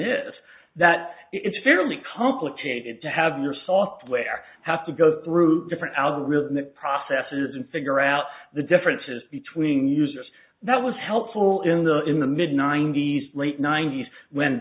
is that it's fairly complicated to have your software have to go through different algorithmic processes and figure out the differences between users that was helpful in the in the mid ninety's late ninety's when